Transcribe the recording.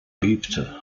bebte